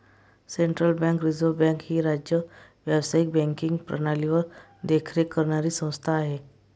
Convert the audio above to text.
central bank reserve bank ही राज्य व्यावसायिक बँकिंग प्रणालीवर देखरेख करणारी संस्था आहे